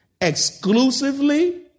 Exclusively